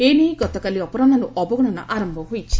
ଏନେଇ ଗତକାଲି ଅପରାହ୍ୱରୁ ଅବଗଣନା ଆରମ୍ଭ ହୋଇଛି